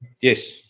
Yes